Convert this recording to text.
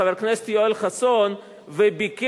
חבר הכנסת יואל חסון וביקש,